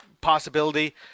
possibility